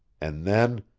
and then